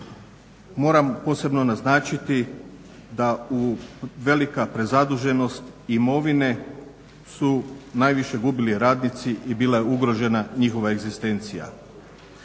moram posebno naznačiti da velika prezaduženost imovine su najviše gubili radnici i bila je ugrožena njihova egzistencija.